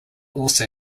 also